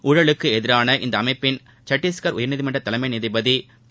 ஊழலுக்கு எதிரான இந்த அமைப்பின் சத்தீஸ்கா் உயா்நீதிமன்ற தலைமை நீதிபதி திரு